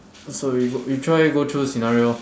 so we go we try go through the scenario